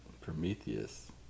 Prometheus